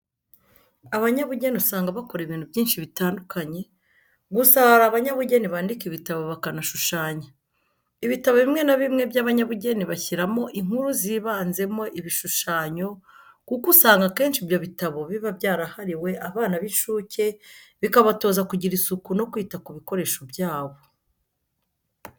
Abanyabugeni usanga bakora ibintu byinshi bitandukanye gusa hari abanyabugeni bandika ibitabo bakanashushanya. Ibitabo bimwe na bimwe by'abanyabugeni bashyiramo inkuru zibanzemo ibishushanyo, kuko usanga akenshi ibyo bitabo biba byarahariwe abana bincuke bikabatoza kugira isuku no kwita ku bikoresho byabo.